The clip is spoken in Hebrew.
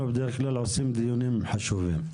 אנחנו בדרך כלל עושים דיונים חשובים.